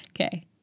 Okay